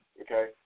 Okay